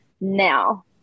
now